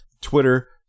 Twitter